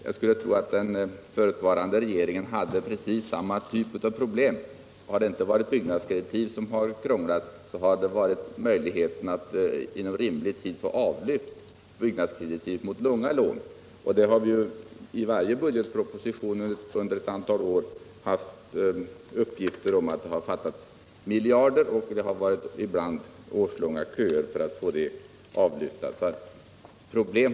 Jag skulle tro att den förutvarande regeringen hade precis samma typ av problem. Har inte byggnadskreditiven krånglat så har det gällt möjligheterna att inom rimlig tid avlyfta byggnadskreditiv mot långa lån. Och i varje budgetproposition under ett antal år har det funnits uppgifter om att det fattats miljarder och att det ibland varit årslånga köer för att få avlyften ordnade.